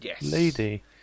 lady